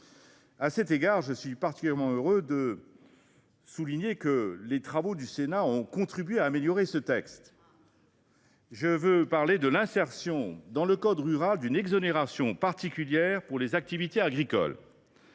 À cet égard, je suis particulièrement heureux de souligner que les travaux du Sénat ont contribué à améliorer ce texte. Je veux parler de l’insertion dans le code rural d’une exonération particulière pour les activités agricoles.